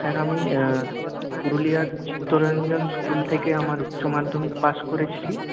sir আমি পুরুলিয়ার Chittaranjan school থেকে আমার উচ্চমাধ্যমিক পাস করেছি